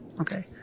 Okay